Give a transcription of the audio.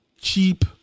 cheap